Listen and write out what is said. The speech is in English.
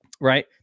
right